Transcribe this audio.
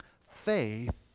Faith